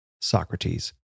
Socrates